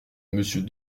monsieur